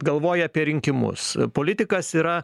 galvoj apie rinkimus politikas yra